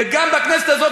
וגם בכנסת הזאת,